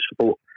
support